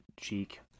cheek